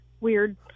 weird